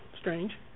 strange